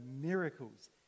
miracles